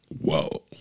Whoa